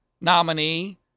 nominee